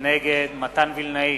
נגד מתן וילנאי,